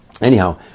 Anyhow